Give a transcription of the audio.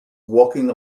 walking